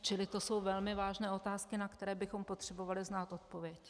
Čili to jsou velmi vážné otázky, na které bychom potřebovali znát odpověď.